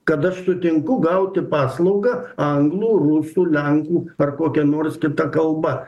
kad aš sutinku gauti paslaugą anglų rusų lenkų ar kokia nors kita kalba